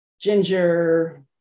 ginger